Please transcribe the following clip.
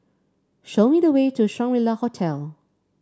show me the way to Shangri La Hotel